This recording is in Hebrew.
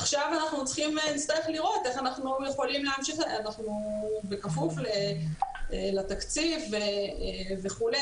עכשיו נצטרך לראות איך אנחנו יכולים להמשיך בכפוף לתקציב וכולי